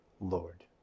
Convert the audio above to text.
Lord